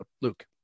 Luke